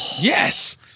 yes